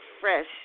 fresh